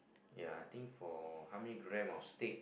ya I think for how many gram of steak